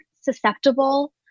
susceptible